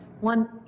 one